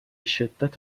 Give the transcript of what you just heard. شدت